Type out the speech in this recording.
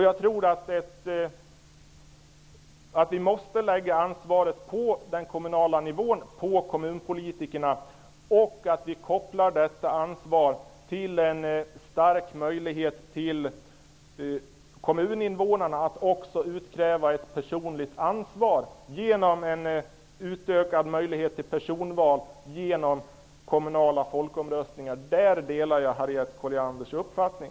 Jag tror att vi måste lägga ansvaret på den kommunala nivån, på kommunpolitikerna, och koppla detta ansvar till en stark möjlighet för kommuninvånarna att också utkräva ett personligt ansvar genom en utökad möjlighet till personval i kommunala folkomröstningar. Där delar jag Harriet Collianders uppfattning.